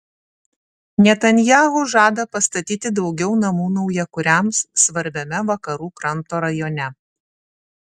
netanyahu žada pastatyti daugiau namų naujakuriams svarbiame vakarų kranto rajone